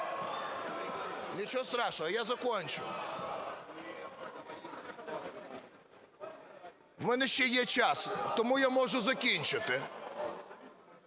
Ничего страшного, я закончу. В мене ще є час, тому я можу закінчити.